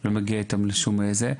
לא הגיע איתם לשום הסדרים.